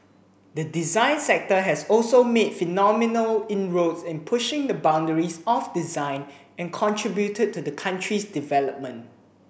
the design sector has also made phenomenal inroads in pushing the boundaries of design and contributed to the country's development